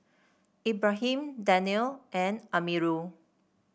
Ibrahim Daniel and Amirul